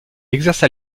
exerça